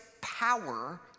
power